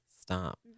Stop